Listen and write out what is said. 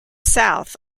south